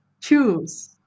choose